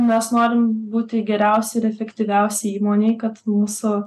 mes norim būti geriausi ir efektyviausi įmonėj kad mūsų